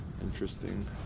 interesting